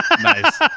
Nice